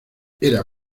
era